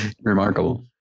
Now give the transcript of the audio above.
remarkable